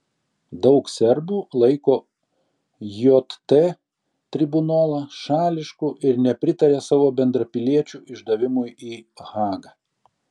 daug serbų laiko jt tribunolą šališku ir nepritaria savo bendrapiliečių išdavimui į hagą